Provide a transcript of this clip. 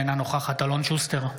אינה נוכחת אלון שוסטר,